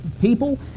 people